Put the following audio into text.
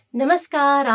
Namaskar